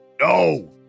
No